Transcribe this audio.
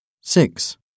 Six